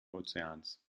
ozeans